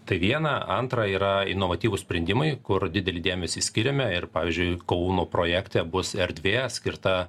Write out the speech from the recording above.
tai viena antra yra inovatyvūs sprendimai kur didelį dėmesį skiriame ir pavyzdžiui kauno projekte bus erdvė skirta